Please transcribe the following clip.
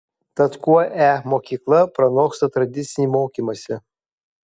tad kuo e mokykla pranoksta tradicinį mokymąsi